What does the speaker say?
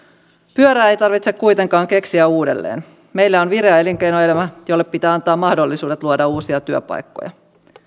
pyörää ei tarvitse kuitenkaan keksiä uudelleen meillä on vireä elinkeinoelämä jolle pitää antaa mahdollisuudet luoda uusia työpaikkoja